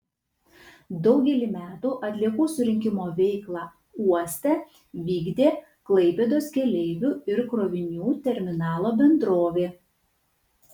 daugelį metų atliekų surinkimo veiklą uoste vykdė klaipėdos keleivių ir krovinių terminalo bendrovė